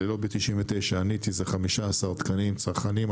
ללובי 99 עניתי אלו 15 תקנים צרכניים.